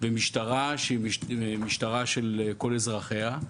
משטרה שהיא משטרה של כל אזרחיה,